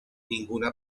ninguna